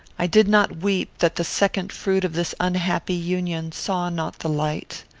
i did not weep that the second fruit of this unhappy union saw not the light.